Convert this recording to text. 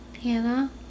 Hannah